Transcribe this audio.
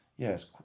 Yes